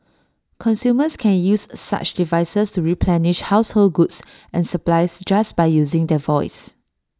consumers can use such devices to replenish household goods and supplies just by using their voice